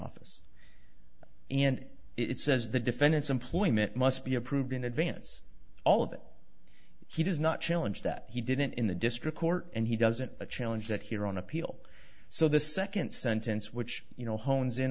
office and it says the defendant's employment must be approved in advance all of he does not challenge that he didn't in the district court and he doesn't challenge that here on appeal so the second sentence which you know hones in